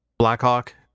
blackhawk